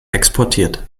exportiert